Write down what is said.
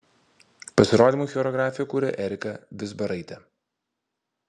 pasirodymui choreografiją kūrė erika vizbaraitė